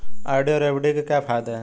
RD और FD के क्या फायदे हैं?